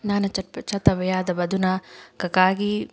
ꯅꯥꯟꯅ ꯆꯠꯄ ꯆꯠꯇꯕ ꯌꯥꯗꯕ ꯑꯗꯨꯅ ꯀꯀꯥꯒꯤ